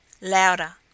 Louder